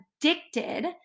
addicted